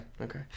Okay